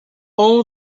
all